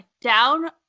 down